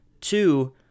Two